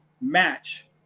match